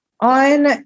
on